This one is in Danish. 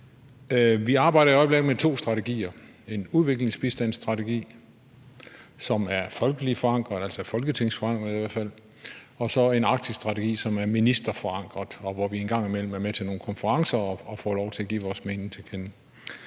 Vi arbejder i øjeblikket med to strategier: en udviklingsbistandsstrategi, som er folkeligt forankret, forankret i Folketinget i hvert fald, og så en Arktisstrategi, som er ministerforankret, og hvor vi engang imellem er med til nogle konferencer og får lov til at give vores mening til kende.